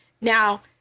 Now